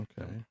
Okay